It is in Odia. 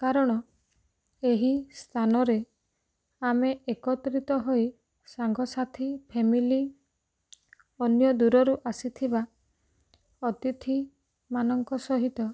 କାରଣ ଏହି ସ୍ଥାନରେ ଆମେ ଏକତ୍ରିତ ହୋଇ ସାଙ୍ଗସାଥୀ ଫ୍ୟାମିଲି ଅନ୍ୟ ଦୂରରୁ ଆସିଥିବା ଅତିଥିମାନଙ୍କ ସହିତ